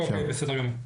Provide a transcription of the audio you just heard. אוקיי בסדר גמור.